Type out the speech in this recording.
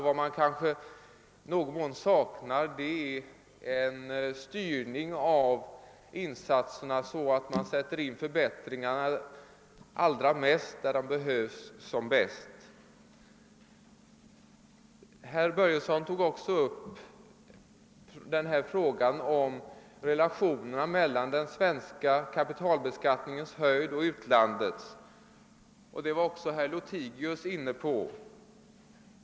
Vad jag kanske i någon mån saknar är en styrning av insatserna, så att man sätter in förbättringarna allra mest där de behövs bäst. Herr Börjesson tog också upp frågan om relationerna mellan den svenska och den utländska kapitalbeskattningens höjd, och herr Lothigius var också inne på samma sak.